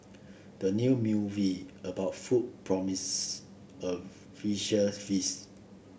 the new movie about food promises a visual feast